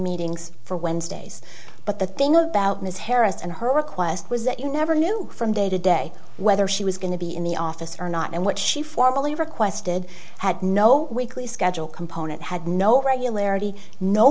meetings for wednesdays but the thing about ms harris and her request was that you never knew from day to day whether she was going to be in the office or not and what she formally requested had no weekly schedule component had no regularity no